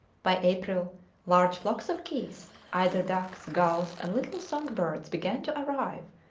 by april large flocks of geese, eider-ducks, gulls, and little song-birds began to arrive,